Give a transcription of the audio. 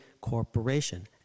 corporation